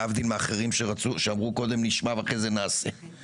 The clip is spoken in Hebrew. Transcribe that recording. להבדיל מאחרים שאמרו קודם נשמע ואחר כך נעשה.